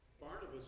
Barnabas